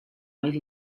oedd